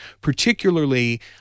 Particularly